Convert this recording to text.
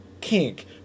kink